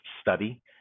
study